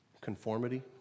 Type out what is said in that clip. conformity